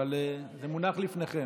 אבל זה מונח לפניכם.